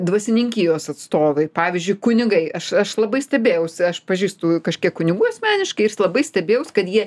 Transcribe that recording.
dvasininkijos atstovai pavyzdžiui kunigai aš aš labai stebėjausi aš pažįstu kažkiek kunigų asmeniškai ir labai stebėjaus kad jie